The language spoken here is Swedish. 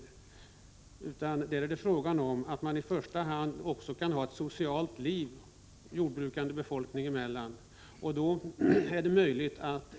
I första hand är det fråga om att kunna ha ett socialt liv jordbrukande befolkning emellan.